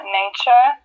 nature